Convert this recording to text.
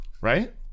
Right